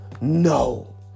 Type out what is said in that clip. No